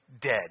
dead